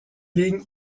lignes